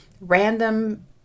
Random